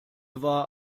war